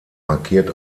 markiert